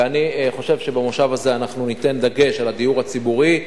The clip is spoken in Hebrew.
ואני חושב שבמושב הזה אנחנו ניתן דגש על הדיור הציבורי,